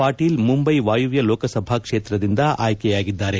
ಪಾಟೀಲ್ ಮುಂಬೈ ವಾಯುವ್ಯ ಲೋಕಸಭಾ ಕ್ಷೇತ್ರದಿಂದ ಆಯ್ಕೆಯಾಗಿದ್ದಾರೆ